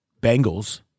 Bengals